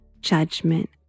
judgment